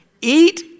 Eat